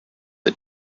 the